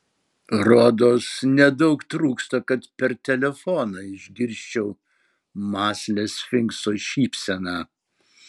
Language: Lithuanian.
rodos nedaug trūksta kad per telefoną išgirsčiau mąslią sfinkso šypseną